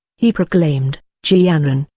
he proclaimed, ji yanran,